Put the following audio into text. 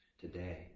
today